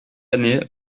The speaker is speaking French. année